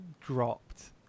dropped